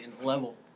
level